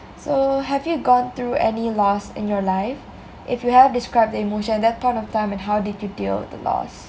so have you gone through any loss in your life if you have describe the emotion at that point of time and how did you deal with the loss